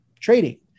Trading